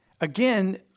again